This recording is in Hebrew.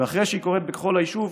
ואחרי שהיא קורית בכל היישוב,